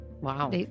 Wow